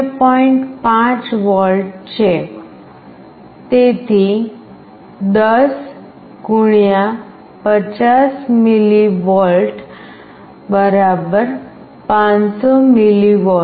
5 volt છે તેથી 10 x 50 mV 500 mV